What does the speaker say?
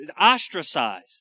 ostracized